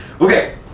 Okay